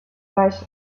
baix